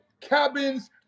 cabins